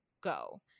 go